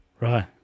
right